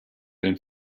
den